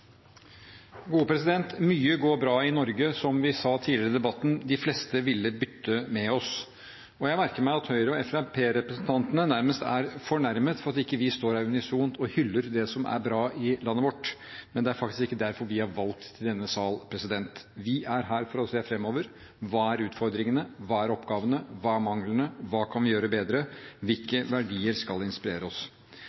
Mye går bra i Norge. Som vi sa tidligere i debatten: De fleste ville bytte med oss. Jeg merker meg at Høyre- og Fremskrittsparti-representantene nærmest er fornærmet for at vi ikke står her unisont og hyller det som er bra i landet vårt, men det er faktisk ikke derfor vi er valgt til denne sal. Vi er her for å se framover: Hva er utfordringene, hva er oppgavene, hva er manglene, hva kan vi gjøre bedre, hvilke